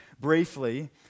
briefly